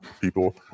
People